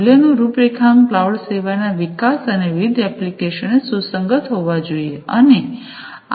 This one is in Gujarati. મૂલ્યનું રૂપરેખાંકન ક્લાઉડ સેવાના વિકાસ અને વિવિધ એપ્લિકેશનને સુસંગત હોવો જોઈએ